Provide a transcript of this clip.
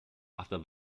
after